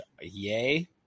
yay